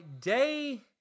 day